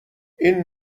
این